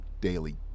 daily